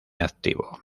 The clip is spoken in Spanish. activo